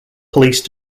police